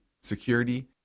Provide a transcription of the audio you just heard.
security